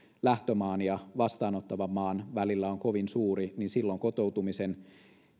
lähtömaan ja vastaanottavan maan välillä on kovin suuri niin silloin kotoutumisen